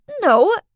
No